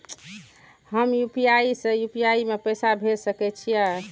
हम यू.पी.आई से यू.पी.आई में पैसा भेज सके छिये?